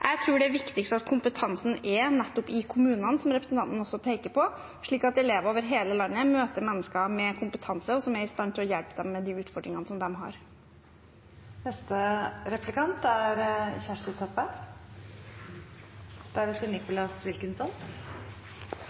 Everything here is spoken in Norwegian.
Jeg tror det viktigste er at kompetansen er nettopp i kommunene, som representanten også peker på, slik at elever over hele landet møter mennesker som har kompetanse og er i stand til å hjelpe dem med de utfordringene